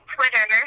Twitter